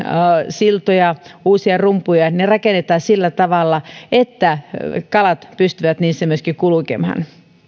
siltoja ja uusia rumpuja ne rakennetaan sillä tavalla että kalat pystyvät niissä myöskin kulkemaan